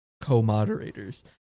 co-moderators